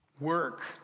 work